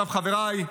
חבריי,